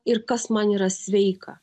ir kas man yra sveika